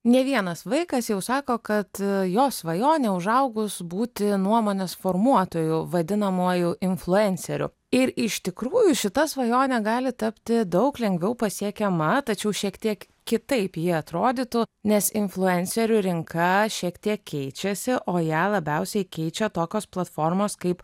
ne vienas vaikas jau sako kad jo svajonė užaugus būti nuomonės formuotoju vadinamuoju influenceriu ir iš tikrųjų šita svajonė gali tapti daug lengviau pasiekiama tačiau šiek tiek kitaip ji atrodytų nes influencerių rinka šiek tiek keičiasi o ją labiausiai keičia tokios platformos kaip